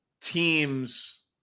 teams